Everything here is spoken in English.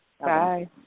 Bye